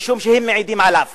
משום שהם מעידים עליו